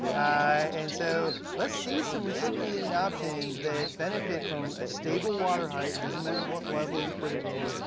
and so let's see some recirculating options that benefit from a stable water height, doesn't matter what level you put it in,